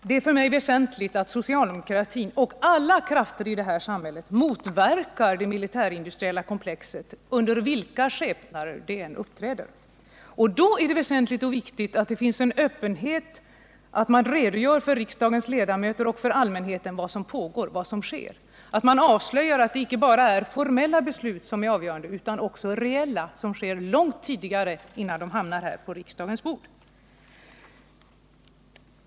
Det är för mig väsentligt att socialdemokratin och alla krafter i detta samhälle motverkar det militärindustriella komplexet under vilka skepnader det än uppträder, och då är det väsentligt att det finns en öppenhet, så att man redogör för riksdagens ledamöter och allmänheten vad som sker, att man avslöjar att det icke bara är formella beslut som är avgörande utan också reella, som fattats långt innan frågan hamnat på riksdagens bord.